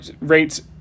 rates